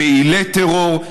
לפעילי טרור,